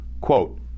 quote